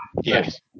Yes